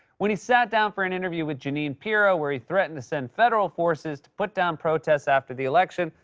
when he sat down for an interview with jeanine pirro, where he threatened to send federal forces to put down protests after the election,